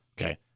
okay